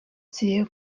цією